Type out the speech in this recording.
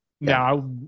Now